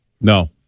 No